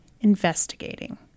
investigating